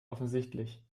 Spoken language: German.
offensichtlich